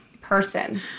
person